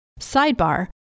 Sidebar